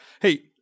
Hey